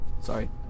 Sorry